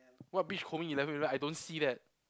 what beach combing I don't see that